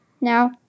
Now